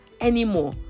anymore